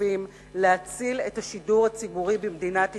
משותפים להציל את השידור הציבורי במדינת ישראל.